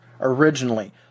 originally